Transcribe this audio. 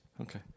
Okay